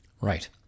Right